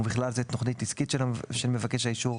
ובכלל זה תוכנית עסקית של מבקש האישור,